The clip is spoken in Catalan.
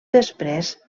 després